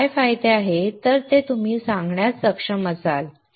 चे काय फायदे आहेत तर तुम्ही ते सांगण्यास सक्षम असाल